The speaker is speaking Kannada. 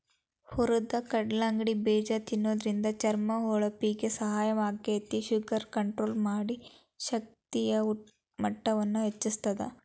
ಹುರದ ಕಲ್ಲಂಗಡಿ ಬೇಜ ತಿನ್ನೋದ್ರಿಂದ ಚರ್ಮದ ಹೊಳಪಿಗೆ ಸಹಾಯ ಆಗ್ತೇತಿ, ಶುಗರ್ ಕಂಟ್ರೋಲ್ ಮಾಡಿ, ಶಕ್ತಿಯ ಮಟ್ಟವನ್ನ ಹೆಚ್ಚಸ್ತದ